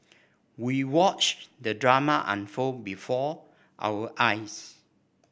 we watched the drama unfold before our eyes